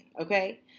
Okay